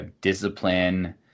discipline